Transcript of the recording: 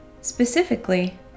Specifically